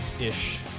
ish